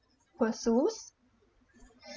pursues